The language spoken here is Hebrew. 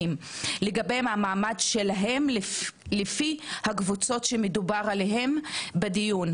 לגבי המעמד שלהם לפי הקבוצות עליהן דובר בדיון,